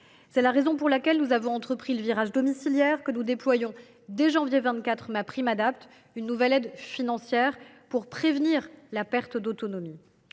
C’est la raison pour laquelle nous avons entrepris le virage domiciliaire et que nous déploierons dès janvier 2024 MaPrimeAdapt’, une nouvelle aide financière pour prévenir la perte d’autonomie.